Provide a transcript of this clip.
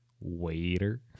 waiter